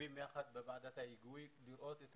עוקבים יחד בוועדת ההיגוי לראות את